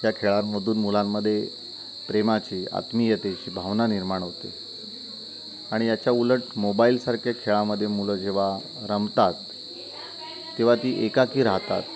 या खेळांमधून मुलांमध्ये प्रेमाची आत्मीयतेची भावना निर्माण होते आणि याच्या उलट मोबाईलसारख्या खेळामध्ये मुलं जेव्हा रमतात तेव्हा ती एकाकी राहतात